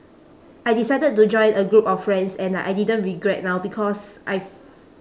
I decided to join a group of friends and like I didn't regret now because I f~